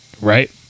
Right